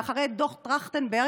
אחרי דוח טרכטנברג,